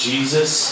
Jesus